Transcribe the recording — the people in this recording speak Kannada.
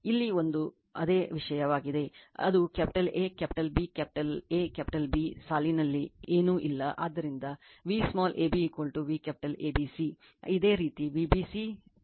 ಇಲ್ಲಿ ಅದು ಒಂದೇ ವಿಷಯ ಅದು capital A capital B capital A capital B ಸಾಲಿನಲ್ಲಿ ಏನೂ ಇಲ್ಲ ಆದ್ದರಿಂದ V small ab V capital ABC ಇದೇ ರೀತಿ Vbc ಕೋನ VCL